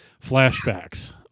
flashbacks